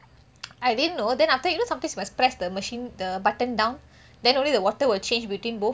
I didn't know then after that you know sometime must press the machine the button down then only the water will change between both